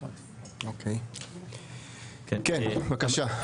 אוקיי, כן בבקשה.